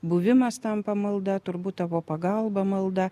buvimas tampa malda turbūt tavo pagalba malda